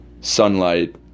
sunlight